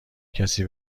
کسی